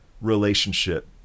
relationship